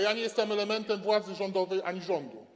Ja nie jestem elementem władzy rządowej ani rządu.